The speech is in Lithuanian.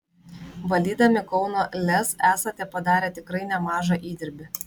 valdydami kauno lez esate padarę tikrai nemažą įdirbį